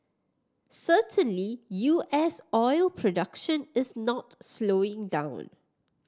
certainly U S oil production is not slowing down